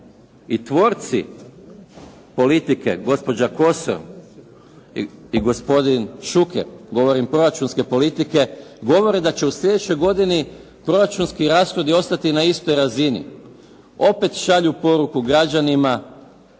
i tvorci politike, gospođa Kosor i gospodin Šuker, govorim proračunske politike, govore da će u sljedećoj godini proračunski rashodi ostati na istoj razini. Opet šalju poruku građanima